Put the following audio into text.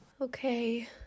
Okay